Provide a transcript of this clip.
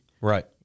Right